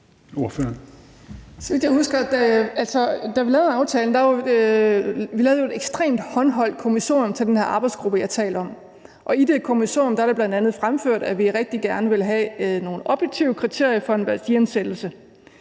da vi lavede aftalen, at vi lavede et ekstremt håndholdt kommissorium til den her arbejdsgruppe, som jeg taler om. I det kommissorium er det bl.a. fremført, at vi rigtig gerne vil have nogle objektive kriterier for en værdiansættelse.